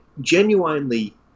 genuinely